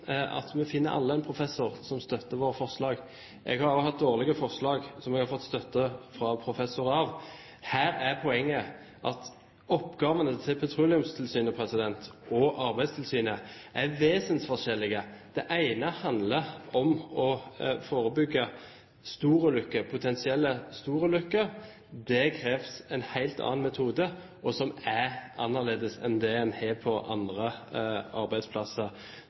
at vi finner alle en professor som støtter våre forslag. Jeg har også hatt dårlige forslag som har fått støtte av en professor. Her er poenget at oppgavene til Petroleumstilsynet og Arbeidstilsynet er vesensforskjellige. Den ene handler om å forebygge en potensiell storulykke. Der kreves en helt annen metode, som er annerledes enn det man har på andre arbeidsplasser.